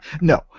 No